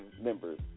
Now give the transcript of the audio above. members